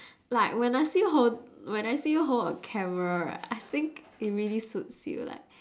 like when I see you hold when I see you hold a camera right I think it really suits you like